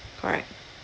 correct